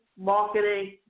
marketing